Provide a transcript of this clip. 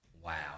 Wow